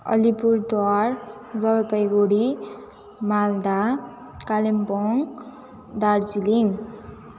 Alipurduar Jalpaiguri Malda Kalimpong Darjeeling